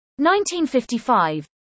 1955